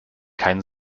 kein